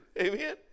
Amen